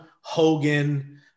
hogan